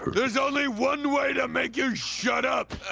there's only one way to make you shut up!